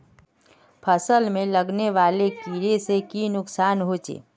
फसल में लगने वाले कीड़े से की नुकसान होचे?